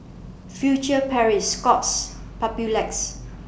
future Paris Scott's Papulex